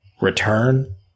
return